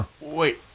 Wait